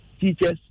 teachers